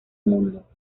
mundo